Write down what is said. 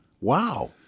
Wow